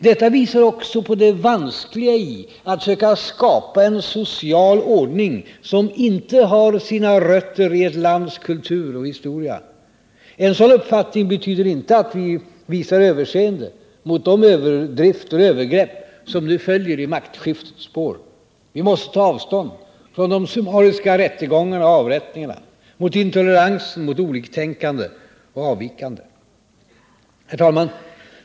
Detta visar också på det vanskliga iatt söka skapa en social ordning som inte har sina rötter i ett lands kultur och historia. En sådan uppfattning betyder inte att vi visar överseende mot de överdrifter och övergrepp som nu följer i maktskiftets spår. Vi måste ta avstånd från de summariska rättegångarna och avrättningarna, från intoleransen mot oliktänkande och avvikande. Herr talman!